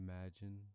imagine